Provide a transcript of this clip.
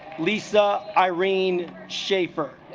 lisa irene schaefer